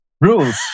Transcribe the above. Rules